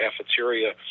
cafeteria